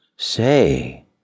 Say